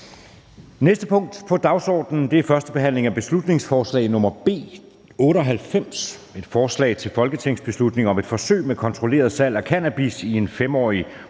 næste punkt på dagsordenen er: 5) 1. behandling af beslutningsforslag nr. B 98: Forslag til folketingsbeslutning om et forsøg med kontrolleret salg af cannabis i en 5-årig